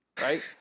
right